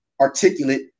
articulate